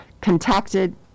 contacted